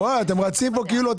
יש פה אווירה רגועה.